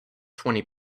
twenty